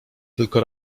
tylko